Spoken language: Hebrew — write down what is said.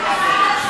תורידו מסים לציבור,